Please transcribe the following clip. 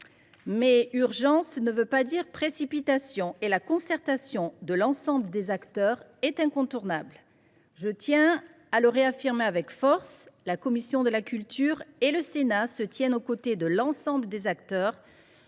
Mais urgence ne veut pas dire précipitation : la concertation de l’ensemble des acteurs est incontournable. Je tiens à le réaffirmer avec force : la commission de la culture et le Sénat se tiennent aux côtés de l’ensemble des acteurs